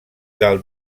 dalt